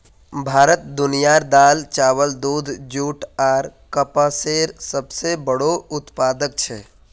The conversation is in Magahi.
भारत दुनियार दाल, चावल, दूध, जुट आर कपसेर सबसे बोड़ो उत्पादक छे